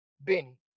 Benny